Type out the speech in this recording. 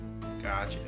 Gotcha